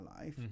life